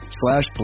slash